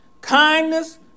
kindness